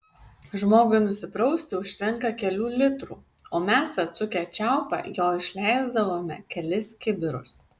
žmogui nusiprausti užtenka kelių litrų o mes atsukę čiaupą jo išleisdavome kelis kibirus